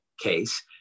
case